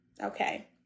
Okay